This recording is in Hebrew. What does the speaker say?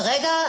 כרגע,